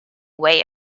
way